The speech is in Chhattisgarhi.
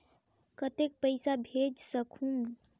कतेक पइसा भेज सकहुं?